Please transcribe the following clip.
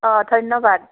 অঁ ধন্যবাদ